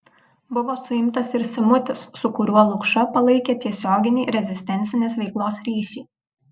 buvo suimtas ir simutis su kuriuo lukša palaikė tiesioginį rezistencinės veiklos ryšį